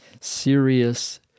serious